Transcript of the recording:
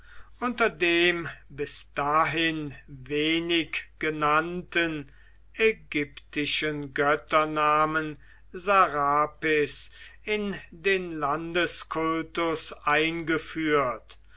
unter dem bis dahin wenig genannten ägyptischen götternamen sarapis in den landeskultus eingeführt